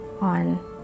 on